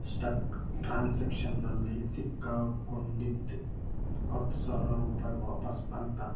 stuck ಟ್ರಾನ್ಸೆಕ್ಷನ್ನಲ್ಲಿ ಸಿಕ್ಕಾಕೊಂಡಿದ್ದು ಹತ್ತು ಸಾವಿರ ರೂಪಾಯಿ ವಾಪಸ್ಸು ಬಂತಾ